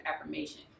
affirmation